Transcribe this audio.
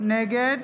נגד